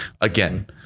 Again